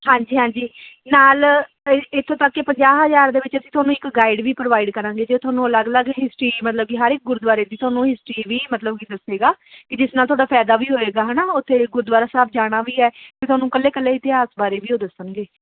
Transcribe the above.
ਹਾਂਜੀ ਹਾਂਜੀ ਨਾਲ ਇੱਥੋਂ ਤੱਕ ਕਿ ਪੰਜਾਹ ਹਜ਼ਾਰ ਦੇ ਵਿੱਚ ਅਸੀਂ ਤੁਹਾਨੂੰ ਇੱਕ ਗਾਈਡ ਵੀ ਪ੍ਰੋਵਾਈਡ ਕਰਾਂਗੇ ਜੋ ਤੁਹਾਨੂੰ ਅਲੱਗ ਅਲੱਗ ਹਿਸਟਰੀ ਮਤਲਬ ਕਿ ਹਰ ਇੱਕ ਗੁਰਦੁਆਰੇ ਦੀ ਤੁਹਾਨੂੰ ਹਿਸਟਰੀ ਵੀ ਮਤਲਬ ਕਿ ਦੱਸੇਗਾ ਕਿ ਜਿਸ ਨਾਲ ਤੁਹਾਡਾ ਫ਼ਾਇਦਾ ਵੀ ਹੋਏਗਾ ਹੈ ਨਾ ਉੱਥੇ ਗੁਰਦੁਆਰਾ ਸਾਹਿਬ ਜਾਣਾ ਵੀ ਹੈ ਤਾਂ ਤੁਹਾਨੂੰ ਇਕੱਲੇ ਇਕੱਲੇ ਇਤਿਹਾਸ ਬਾਰੇ ਵੀ ਉਹ ਦੱਸਣਗੇ